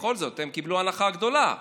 בכל זאת הם קיבלו הנחה גדולה,